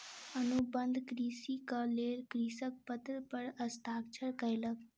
अनुबंध कृषिक लेल कृषक पत्र पर हस्ताक्षर कयलक